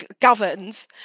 governed